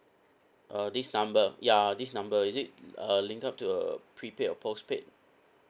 uh this number ya this number is it uh linked up to a prepaid or postpaid